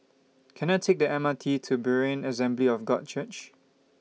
Can I Take The M R T to Berean Assembly of God Church